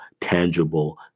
tangible